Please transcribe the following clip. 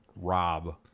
rob